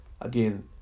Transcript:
again